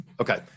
okay